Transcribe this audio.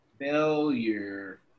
failure